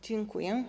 Dziękuję.